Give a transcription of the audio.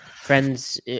friends